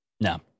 no